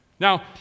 Now